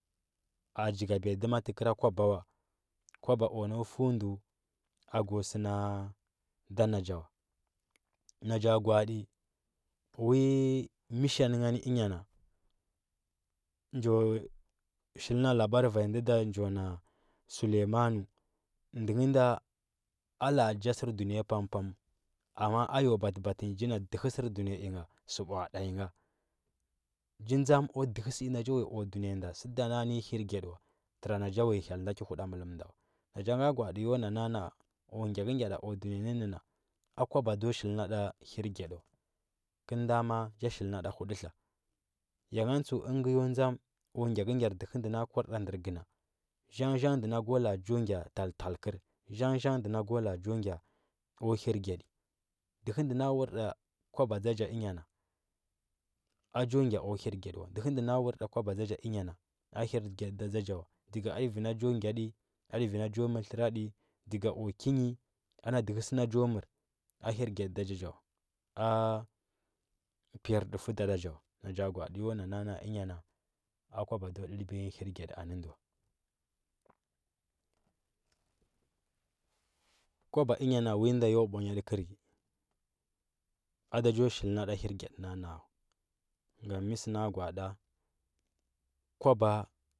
Jigabiya dima kɚra kiuaba wa kwaba o nau fu ndɚ a gwo sɚ na da na ja wa na ja gwa, aɗi, wi- mission gani ɚnyana njo shilna labar njo na sulemanu ndɚ ngɚ nda a lara ɗi ja sɚr dunɚ ya pam pamu amma a yo babɚ batɚ ji naa dɚhɚ sɚr dunɚya sɚu mbwaɗa ngɚ ngha ji dȝam o dɚhɚ sɚ ina jo uya o dunɚya nɚ sɚ nda na nɚ nyi hirgyaɗi wa tɚrana ja uya hyel nda kɚ huɗamɚllum wa na ja nga gwa aɗi yo na naa- na, a o gyakɚ gyaɗa o dunɚya nɚ nɚ na a kwaba ndo shilna nda hirgyaɗi wa kɚl nda ma ja shilna nda hudɚ tla ya gan tsuɚ ingɚ yo dȝam o gyakɚgyar dɚhɚ ndɚ na kur ɗa ndɚr gɚna zhang zhang ndɚ na go la’a jo gya taltal kɚr zhang zhang ndɚ na go la’a ja gya o hirgyaɗi dɚhɚ adɚ na wur ɗa kwaba dȝa ja ɚnyana a jo gya o hirgyaɗi wa dɚhɚ ndɚ na wur ɗa kwaba dȝa ja wa dɚga aɗɚ vi na jo gya ɗi aɗi vi na jo mɚr tlɚva ɗi ɗig o ki nyi ana dɚhɚ sɚna jo mɚr a hir gyaɗi da dȝa ja wa piyardufuɚ da ɗa ja na ja gwaɗi yo na na’a na, a ɚnyana a kwaba ndo ɗɚlbiya nyi hirgyadi ana ndɚ wa kwa ba ɚnyana wi nda yo mbwanya ɗɚkɚrɚ ada jo shil na ɗa hirgyaɗa na, a na. a wa gam mɚ sɚ na gwa aɗa kwaba